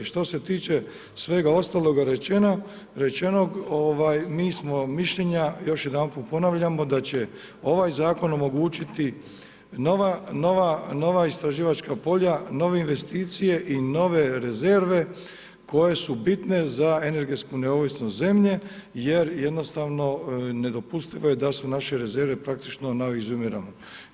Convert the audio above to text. Što se tiče svega ostaloga rečenog, mi smo mišljenja, još jedanput ponavljamo, da će ovaj zakon omogućiti nova istraživačka polja, nove investicije i nove rezerve koje su bitne za energetsku neovisnost zemlje, jer jednostavno nedopustivo je da su naše rezerve praktički na izumiranju.